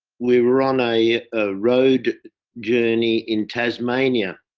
we were on a ah road journey in tasmania.